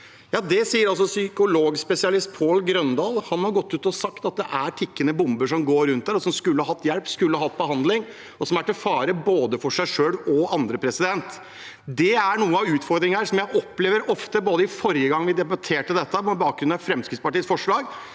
Ja, det sier altså psykologspesialist Pål Grøndahl. Han har gått ut og sagt at det er tikkende bomber som går rundt, og som skulle hatt hjelp, som skulle hatt behandling, og som er til fare for både seg selv og andre. Det er noe av utfordringen her, som jeg opplever ofte – f.eks. forrige gang vi debatterte dette, på bakgrunn av Fremskrittspartiets forslag